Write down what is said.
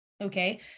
Okay